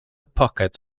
pocket